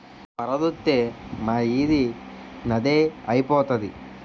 వరదొత్తే మా ఈది నదే ఐపోతాది